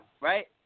right